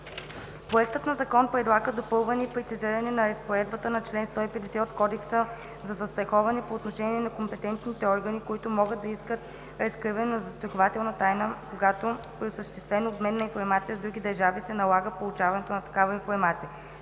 Проектът на закон предлага допълване и прецизиране на разпоредбата на чл. 150 от Кодекса за застраховане по отношение на компетентните органи, които могат да искат разкриване на застрахователна тайна, когато при осъществяван обмен на информация с други държави се налага получаването на такава информация.